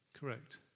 correct